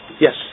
Yes